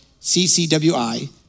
CCWI